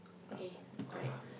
yup